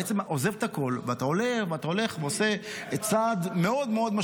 אתה בעצם עוזב את הכול ואתה הולך ועושה צעד משמעותי מאוד מאוד.